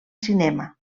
cinema